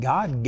God